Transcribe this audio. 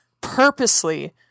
purposely